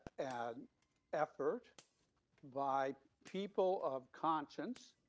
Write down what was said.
an effort by people of conscience,